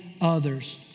others